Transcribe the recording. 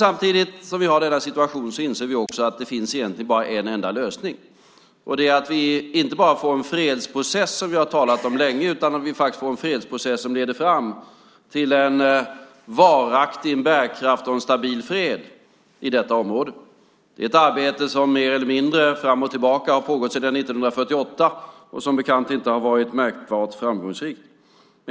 Samtidigt som vi har denna situation inser vi att det egentligen bara finns en enda lösning, och det är att vi inte endast får en fredsprocess, som vi talat om länge, utan att vi får en fredsprocess som leder fram till en varaktig, bärkraftig och stabil fred i detta område. Det är ett arbete som mer eller mindre, och fram och tillbaka, pågått sedan 1948 och har, som bekant, inte varit märkbart framgångsrikt.